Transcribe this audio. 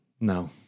No